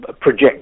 Project